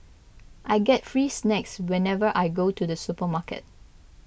I get free snacks whenever I go to the supermarket